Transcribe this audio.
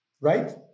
right